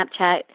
Snapchat